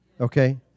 okay